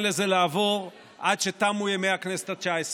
לזה לעבור עד שתמו ימי הכנסת התשע-עשרה.